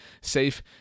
safe